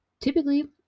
Typically